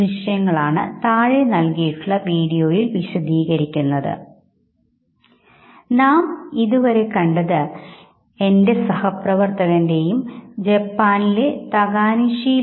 മനശാസ്ത്രകാരൻമാർ മുഖഭാവങ്ങളുടെ വൈകാരിക പ്രകടനങ്ങളിൽ വിശദീകരിക്കുന്നതിനായി വ്യത്യസ്ത ഘടകങ്ങൾ അടിസ്ഥാനമായി സ്വീകരിച്ചിട്ടുണ്ട്